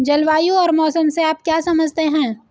जलवायु और मौसम से आप क्या समझते हैं?